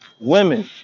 women